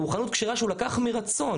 הוא חנות כשרה שהוא לקח מרצון.